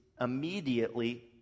immediately